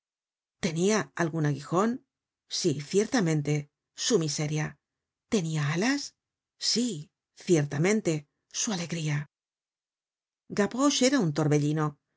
tenia algun aguijon sí ciertamente su miseria tenia alas sí ciertamente su alegría gavroche era un torbellino